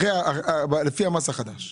לפי המס החדש.